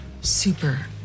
super